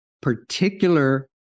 particular